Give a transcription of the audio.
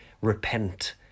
repent